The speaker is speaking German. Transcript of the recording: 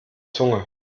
zunge